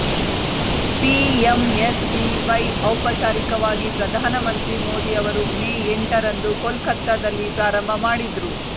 PMSBY ಔಪಚಾರಿಕವಾಗಿ ಪ್ರಧಾನಮಂತ್ರಿ ಮೋದಿ ಅವರು ಮೇ ಎಂಟ ರಂದು ಕೊಲ್ಕತ್ತಾದಲ್ಲಿ ಪ್ರಾರಂಭಮಾಡಿದ್ರು